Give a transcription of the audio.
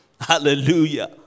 Hallelujah